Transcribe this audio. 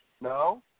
no